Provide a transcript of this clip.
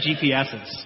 GPSs